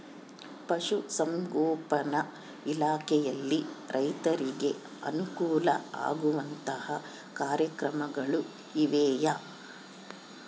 ಪಶುಸಂಗೋಪನಾ ಇಲಾಖೆಯಲ್ಲಿ ರೈತರಿಗೆ ಅನುಕೂಲ ಆಗುವಂತಹ ಕಾರ್ಯಕ್ರಮಗಳು ಇವೆಯಾ?